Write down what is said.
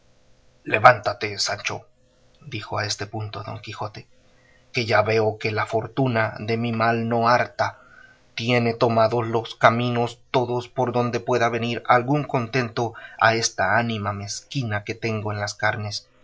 levántate sancho dijo a este punto don quijote que ya veo que la fortuna de mi mal no harta tiene tomados los caminos todos por donde pueda venir algún contento a esta ánima mezquina que tengo en las carnes